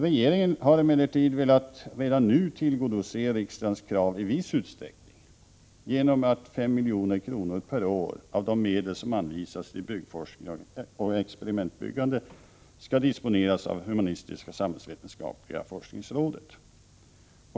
Regeringen har emellertid redan nu velat tillgodose riksdagens krav i viss utsträckning genom att 5 milj.kr. per år av de medel som anvisas till byggforskning och experimentbyggande skall disponeras av humanistisk-samhällsvetenskapliga forskningsrådet.